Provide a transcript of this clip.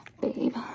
babe